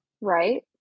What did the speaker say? Right